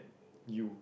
you